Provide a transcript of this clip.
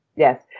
Yes